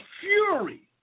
fury